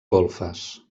golfes